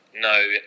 no